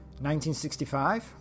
1965